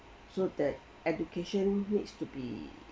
so the education needs to be